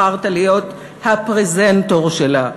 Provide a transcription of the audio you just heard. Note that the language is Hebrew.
בחרת להיות הפרזנטור שלה.